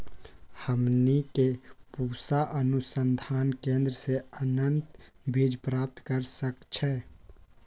हमनी के पूसा अनुसंधान केंद्र से उन्नत बीज प्राप्त कर सकैछे?